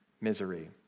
misery